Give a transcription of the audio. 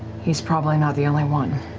he's probably not the only one.